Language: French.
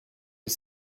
est